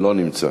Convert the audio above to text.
לא נמצא.